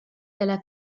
della